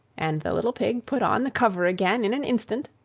and the little pig put on the cover again in an instant,